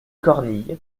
cornille